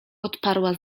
odparła